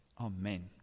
amen